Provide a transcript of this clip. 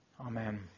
Amen